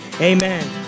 amen